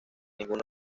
ninguno